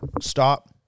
stop